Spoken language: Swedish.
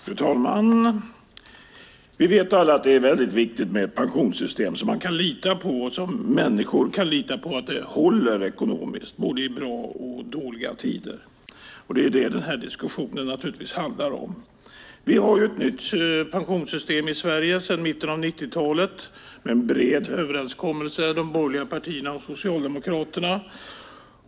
Fru talman! Vi vet alla att det är väldigt viktigt med ett pensionssystem som man kan lita på, ett system som människor kan lita på håller ekonomiskt i både bra och dåliga tider. Det är naturligtvis detta som den här diskussionen handlar om. I Sverige har vi sedan mitten av 1990-talet ett nytt pensionssystem - en bred överenskommelse mellan de borgerliga partierna och Socialdemokraterna.